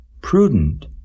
Prudent